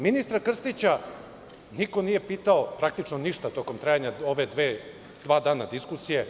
Ministra Krstića niko nije pitao praktično ništa tokom ova dva dana trajanja ove diskusije.